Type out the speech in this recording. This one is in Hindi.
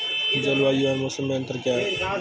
जलवायु और मौसम में अंतर क्या है?